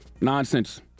nonsense